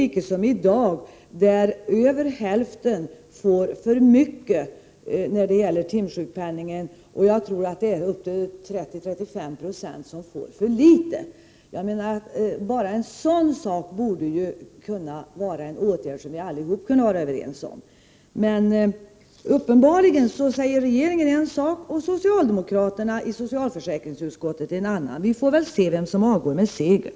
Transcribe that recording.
I dag får över hälften för mycket pengar när det gäller timsjukpenningen, och upp till 30—35 90 får för litet. Bara en sådan sak borde vara en åtgärd som vi allihop kunde vara överens om. Uppenbarligen säger regeringen en sak och socialdemokraterna i socialförsäkringsutskottet en annan. Vi får väl se vem som avgår med segern.